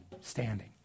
standing